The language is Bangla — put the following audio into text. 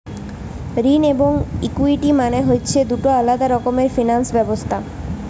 ঋণ এবং ইকুইটি মানে হতিছে দুটো আলাদা রকমের ফিনান্স ব্যবস্থা